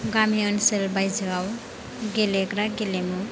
गामि ओनसोल बायजोआव गेलेग्रा गेलेमु